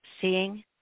Seeing